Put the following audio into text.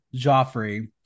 Joffrey